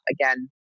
again